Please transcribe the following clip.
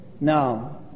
Now